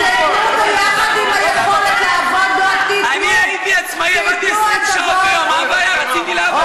אם הם רוצים לעבוד בלילה, מה אכפת לך?